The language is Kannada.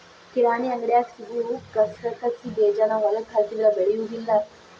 ಕಿರಾಣಿ ಅಂಗಡ್ಯಾಗ ಸಿಗು ಕಸಕಸಿಬೇಜಾನ ಹೊಲಕ್ಕ ಹಾಕಿದ್ರ ಬೆಳಿಯುದಿಲ್ಲಾ